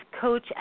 coach